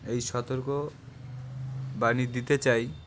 এই সতর্ক বাণী দিতে চাই